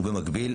ובמקביל,